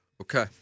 Okay